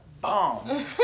bomb